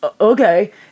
Okay